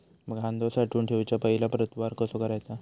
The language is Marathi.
कांदो साठवून ठेवुच्या पहिला प्रतवार कसो करायचा?